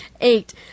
Eight